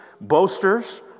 boasters